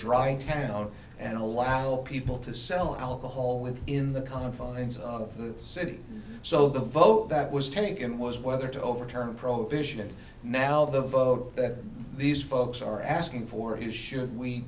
drawing town and allow people to sell alcohol with in the confines of the city so the vote that was taken was whether to overturn prohibition and now the vote that these folks are asking for you should we